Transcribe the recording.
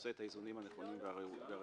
שעושה את האיזונים הנכונים והראויים.